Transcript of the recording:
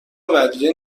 ودیعه